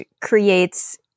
creates